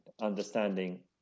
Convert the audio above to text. understanding